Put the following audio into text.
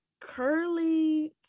curly